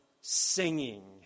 singing